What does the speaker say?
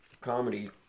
comedy